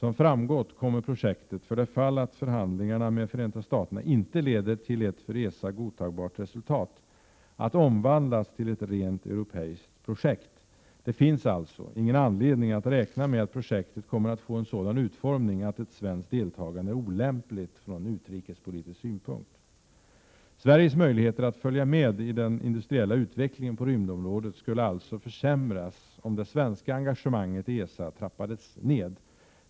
Som framgått kommer projektet, för det fall att förhandlingarna S maj 1988 med Förenta Staterna inte leder till ett för ESA godtagbart resultat, att — vissa anslag inomiin omvandlas till ett rent europeiskt projekt. Det finns alltså ingen anledning att dustridepartementets räkna med att projektet kommer att få en sådan utformning att ett svenskt område deltagande är olämpligt från utrikespolitisk synpunkt. Sveriges möjligheter att följa med i den industriella utvecklingen på rymdområdet skulle alltså försämras om det svenska engagemanget i ESA trappades ned.